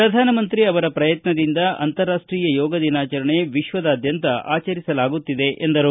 ಪ್ರಧಾನ ಮಂತ್ರಿ ಅವರ ಪ್ರಯತ್ನದಿಂದ ಅಂತಾರಾಷ್ವೀಯ ಯೋಗ ದಿನಾಚರಣೆ ವಿಶ್ವದಾದ್ಯಂತದ ಆಚರಿಸಲಾಗುತ್ತಿದೆ ಎಂದರು